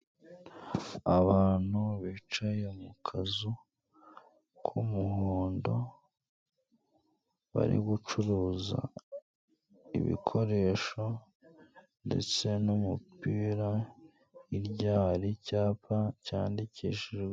Abantu bicaye mu kazu k'umuhondo, bari gucuruza ibikoresho ndetse n'umupira hirya hari icyapa cyandikishijwe.